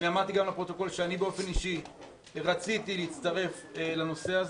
אמרתי גם לפרוטוקול שאני באופן אישי רציתי להצטרף לנושא הזה.